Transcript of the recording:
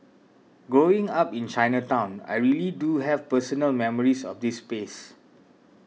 growing up in Chinatown I really do have personal memories of this space